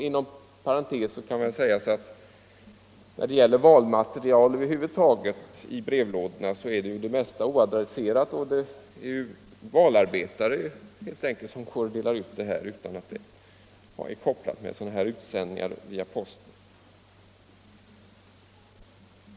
Inom parentes kan jag säga att när det gäller valmaterial över huvud taget som kommer i brevlådorna, så är det mesta oadresserat och det är helt enkelt valarbetare som delar ut det utan att det är kopplat med utsändning via posten.